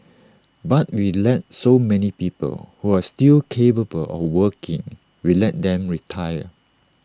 but we let so many people who are still capable of working we let them retire